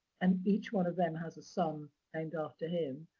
and each one of them has a son named after him,